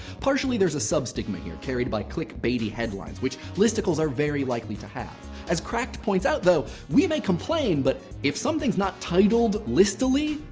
partially, there's a sub-stigma here carried by click-baity headlines, which listicles are very likely to have. as cracked points out, though, we may complain, but if something's not titled list-ily,